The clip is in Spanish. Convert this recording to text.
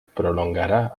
prolongará